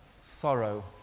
sorrow